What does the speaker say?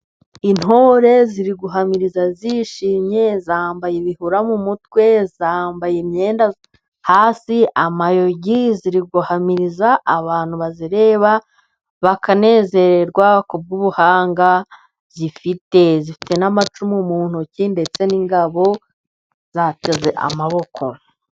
Intore ziri guhamiriza zishimye, zambaye ibihura mu mutwe, zambaye imyenda hasi, amayogi, ziri guhamiriza, abantu bazireba bakanezererwa kubw'ubuhanga zifite. Zifite n'amacumu mu ntoki, ndetse n'ingabo, zateze amaboko.